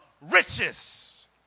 riches